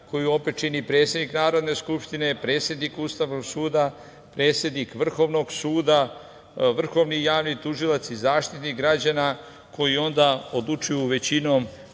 koju opet čini predsednik Narodne skupštine, predsednik Ustavnog suda, predsednik Vrhovnog suda, Vrhovni javni tužilac, Zaštitnik građana, koji onda odlučuju većinom